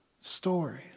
story